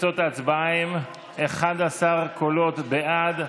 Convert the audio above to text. אם כן, תוצאות ההצבעה הן 11 קולות בעד,